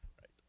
Right